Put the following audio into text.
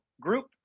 Group